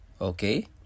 okay